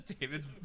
David's